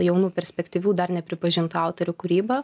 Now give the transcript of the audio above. jaunų perspektyvių dar nepripažintų autorių kūrybą